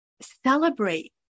celebrate